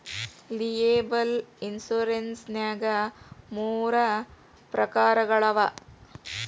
liable insurance ನ್ಯಾಗ್ ಮೂರ ಪ್ರಕಾರಗಳವ